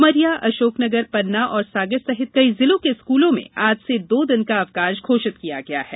उमरिया अशोकनगर पन्ना और सागर सहित कई जिलों के स्कूलों में आज से दो दिन का अवकाश घोषित किया गया है